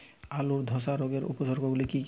আলুর ধসা রোগের উপসর্গগুলি কি কি?